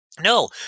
No